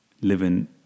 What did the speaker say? living